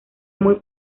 muy